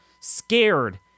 scared